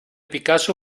picasso